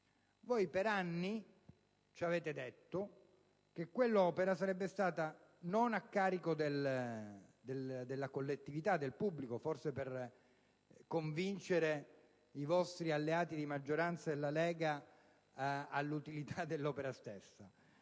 Per anni ci avete detto che quell'opera non sarebbe stata a carico della collettività, del bilancio pubblico, forse per convincere i vostri alleati di maggioranza della Lega Nord dell'utilità dell'opera stessa.